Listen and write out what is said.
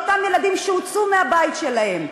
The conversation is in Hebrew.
של ילדים שהוצאו מהבית שלהם,